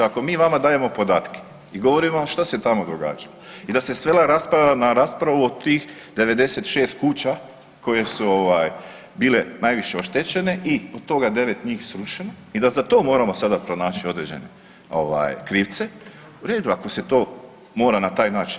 Ako mi vama dajemo podatke i govorimo vam što se tamo događa i da se svela rasprava na raspravu o tih 96 kuća koje su bile najviše oštećene i od toga devet njih srušeno i da za to moramo sada pronaći određene krivce, u redu, ako se mora na taj način.